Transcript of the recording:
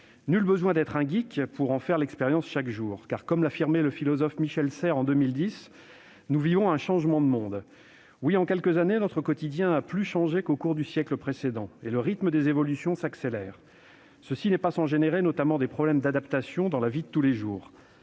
Nul besoin d'être un pour en faire l'expérience chaque jour. Car, comme l'affirmait le philosophe Michel Serres en 2010, « nous vivons un changement de monde ». Oui, en quelques années, notre quotidien a plus changé qu'au cours du siècle précédent. Et le rythme des évolutions s'accélère. Cela n'est pas sans engendrer, notamment, des problèmes d'adaptation dans la vie de tous les jours.